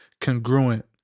congruent